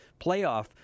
playoff